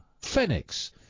Phoenix